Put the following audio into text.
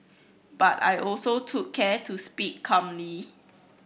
but I also took care to speak calmly